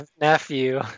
nephew